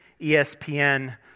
ESPN